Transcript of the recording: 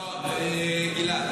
אתה לא מפנה את הגב,